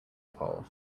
pole